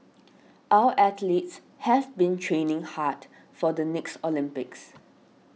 our athletes have been training hard for the next Olympics